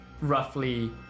Roughly